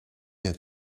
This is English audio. had